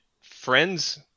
friends